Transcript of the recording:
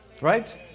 Right